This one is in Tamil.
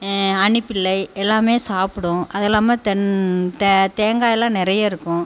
அணில்பிள்ளை எல்லாமே சாப்பிடும் அதுயில்லாமல் தே தேங்காய் எல்லாம் நிறைய இருக்கும்